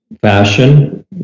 fashion